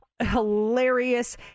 Hilarious